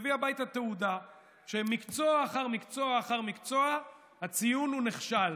מביא הביתה תעודה שמקצוע אחר מקצוע אחר מקצוע הציון הוא נכשל